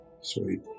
Sweet